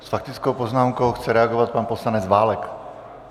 S faktickou poznámkou chce reagovat pan poslanec Válek.